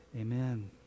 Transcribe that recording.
Amen